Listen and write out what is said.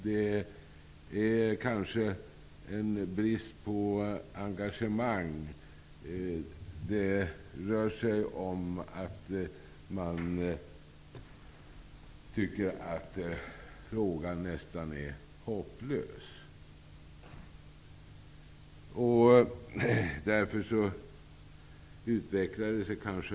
Det rör sig kanske om brist på engagemang och om att man tycker att frågan nästan är hopplös.